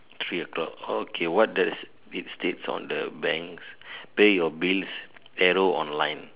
three o-clock okay what does it states on the bank's pay your bills arrow online